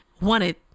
wanted